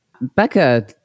Becca